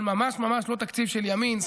אבל ממש ממש לא תקציב של ימין,